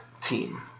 team